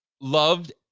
loved